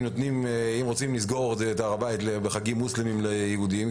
אם רוצים לסגור את הר הבית בחגים מוסלמים ליהודים,